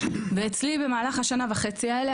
ואצלי במהלך השנה וחצי האלה,